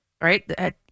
right